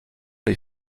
les